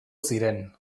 ziren